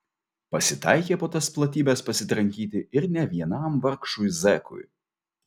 pasitaikė po tas platybes pasitrankyti ir ne vienam vargšui zekui